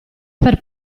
per